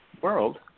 world